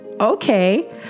Okay